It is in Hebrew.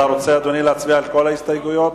אתה רוצה להצביע על כל ההסתייגויות,